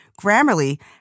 Grammarly